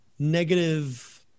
negative